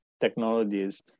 technologies